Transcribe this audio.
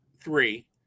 three